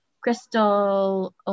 crystal